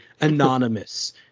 anonymous